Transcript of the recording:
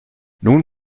nun